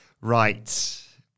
Right